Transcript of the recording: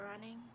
running